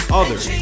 others